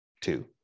two